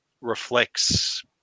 reflects